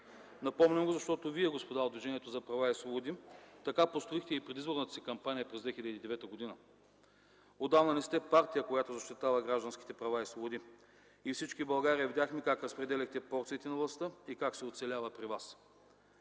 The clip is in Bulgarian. Напомням го, защото вие, господа от Движението за права и свободи, така построихте и предизборната си кампания през 2009 г. Отдавна не сте партия, която защитава гражданските права и свободи, и всички в България видяхме как разпределяхте порциите на властта и как се оцелява при вас.